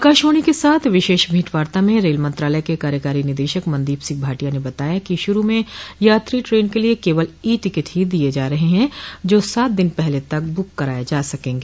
आकाशवाणी के साथ विशेष भेंटवार्ता में रेल मंत्रालय के कार्यकारी निदेशक मनदीप सिंह भाटिया ने बताया कि शुरू में यात्री ट्रेन के लिए केवल ई टिकट ही दिए जा रहे हैं जो सात दिन पहले तक ब्रक कराए जा सकते हैं